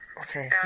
okay